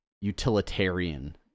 utilitarian